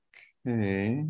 Okay